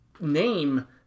name